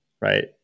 right